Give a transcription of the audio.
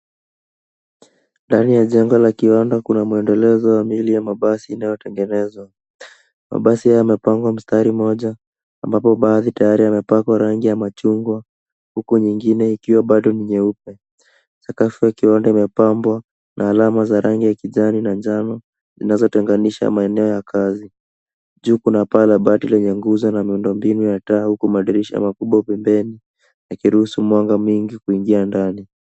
Ndani ya jengo la kiwanda Kuna mwendelezo wa miili ya mabasi inayotengenezwa, mabasi haya yamepangwa mstari mmoja ambapo baadhi tayari yamepakwa rangi ya machungwa huku nyingine ikiwa bado ni nyeupe, sakafu ya kiwanda imepambwa na alama za rangi ya kijani na njano zinazotenganisha maeneo ya kazi ,juu kuna paa la bati lenye nguzo na miundo mbinu ya taa huku madirisha makubwa pembeni yakiruhusu mwanga mwingi kuingia ndani.